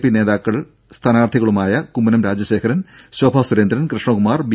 P നേതാക്കളും സ്ഥാനാർത്ഥികളുമായ Kummanam Rajasekharan Sobha Surendran Krishnakumar B